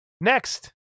Next